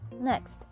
Next